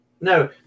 No